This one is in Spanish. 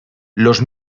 los